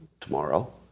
tomorrow